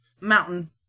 mountain